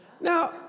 Now